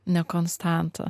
ne konstanta